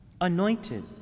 Anointed